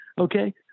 Okay